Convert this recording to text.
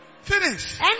Finish